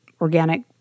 organic